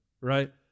right